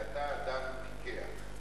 הרי אתה אדם פיקח.